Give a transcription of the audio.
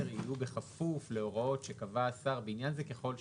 יהיו בכפוף להוראות שקבע השר בעניין זה ככל שקבע.